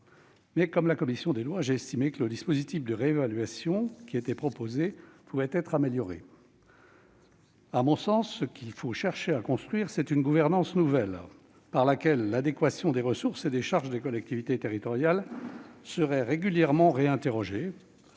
Mais, comme la commission des lois, j'ai estimé que le dispositif de réévaluation proposé pouvait être amélioré. À mon sens, ce qu'il faut chercher à construire, c'est une gouvernance nouvelle par laquelle l'adéquation des ressources et des charges des collectivités territoriales serait régulièrement réinterrogée.